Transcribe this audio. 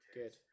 good